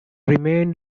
remained